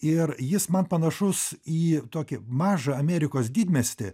ir jis man panašus į tokį mažą amerikos didmiestį